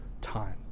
time